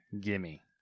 Gimme